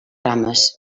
rames